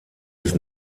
bis